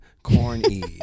Corny